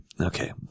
Okay